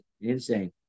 insane